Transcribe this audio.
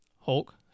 Hulk